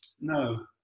no